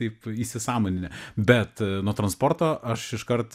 taip įsisąmoninę bet nuo transporto aš iškart